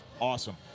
awesome